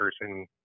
person